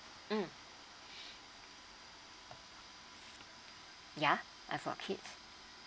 mm ya I for kid